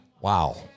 wow